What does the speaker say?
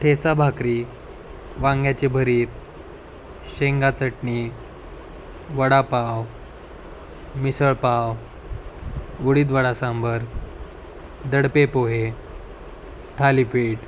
ठेचा भाकरी वांग्याचे भरीत शेंगा चटणी वडापाव मिसळपाव उडीदवडा सांबार दडपे पोहे थालीपीठ